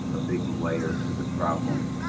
a big layer to the problem.